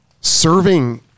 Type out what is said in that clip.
Serving